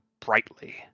brightly